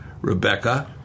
Rebecca